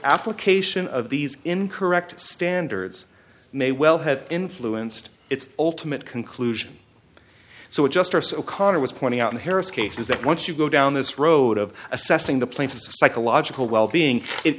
application of these incorrect standards may well have influenced its ultimate conclusion so it just arse o'connor was pointing out the harris case is that once you go down this road of assessing the plaintiff's psychological wellbeing it